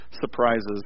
surprises